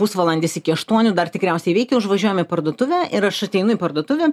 pusvalandis iki aštuonių dar tikriausiai veikia užvažiuojam į parduotuvę ir aš ateinu į parduotuvę